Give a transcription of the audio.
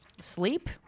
Sleep